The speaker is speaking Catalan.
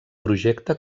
projecte